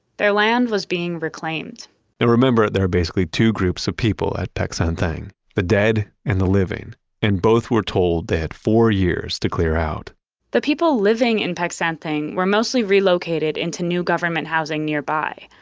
their land was being reclaimed and remember, there are basically two groups of people at peck san theng the dead and the living and both were told they had four years to out the people living in peck san theng were mostly relocated into new government housing nearby,